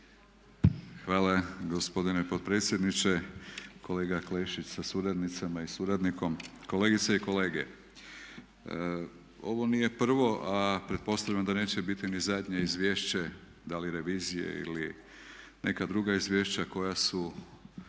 Hvala gospodine potpredsjedniče, kolega Klešić sa suradnicama i suradnikom, kolegice i kolege. Ovo nije prvo a pretpostavljam da neće biti ni zadnje izvješće da li revizije ili neka druga izvješća koja su